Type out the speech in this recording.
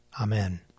Amen